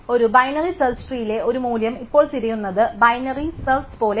ഒരു binary search ട്രീയിലെ ഒരു മൂല്യം ഇപ്പോൾ തിരയുന്നത് ബൈനറി സെർച്ച് പോലെയാണ്